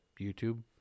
YouTube